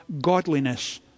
godliness